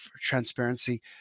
transparency